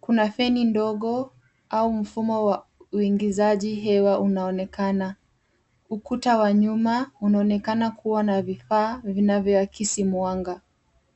Kuna feni ndogo au mfumo wa uingizaji hewa unaonekana. Ukuta wa nyuma unaonekana kuwa na vifaa vinvyoakisi mwanga.